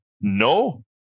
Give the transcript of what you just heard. no